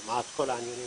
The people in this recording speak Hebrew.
כמעט כל העניינים